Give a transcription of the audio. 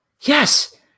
Yes